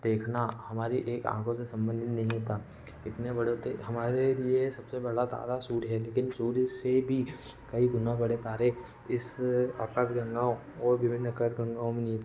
देखना हमारी एक आँखों से संबंधित नहीं होता इतने बड़े होते हमारे लिए सब से बड़ा तारा सूर्य है लेकिन सूर्य से भी कई गुना बड़े तारे इस आकाश गंगाओं और विभिन्न आकाश गंगाओं में नी